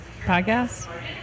podcast